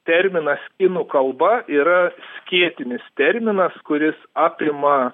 terminas kinų kalba yra skėtinis terminas kuris apima